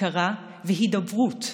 הכרה והידברות,